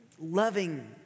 loving